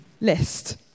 list